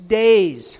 days